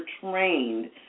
trained